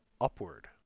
upward